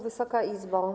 Wysoka Izbo!